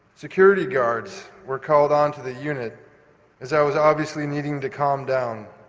security guards were called on to the unit as i was obviously needing to calm down.